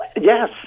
yes